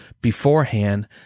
beforehand